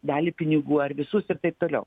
dalį pinigų ar visus ir taip toliau